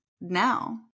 Now